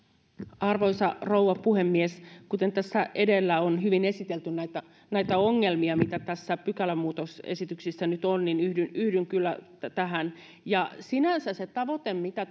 arvoisa rouva puhemies tässä edellä on hyvin esitelty näitä näitä ongelmia mitä näissä pykälämuutosesityksissä nyt on ja yhdyn kyllä tähän sinänsä kun on se tavoite mitä